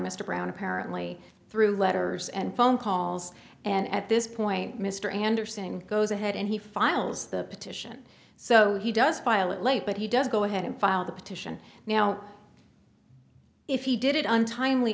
mr brown apparently through letters and phone calls and at this point mr anderson goes ahead and he files the petition so he does file it late but he does go ahead and file the petition now if he did it untimely